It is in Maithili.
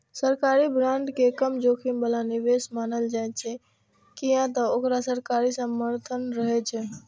सरकारी बांड के कम जोखिम बला निवेश मानल जाइ छै, कियै ते ओकरा सरकारी समर्थन रहै छै